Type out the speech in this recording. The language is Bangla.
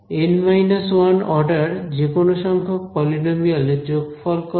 N 1 অর্ডারের যেকোনো সংখ্যক পলিনোমিয়াল এর যোগফল কত